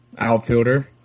Outfielder